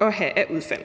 at have af udfald.